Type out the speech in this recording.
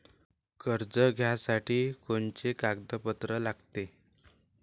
कर्ज घ्यासाठी कोनचे कागदपत्र लागते?